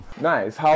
Nice